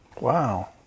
Wow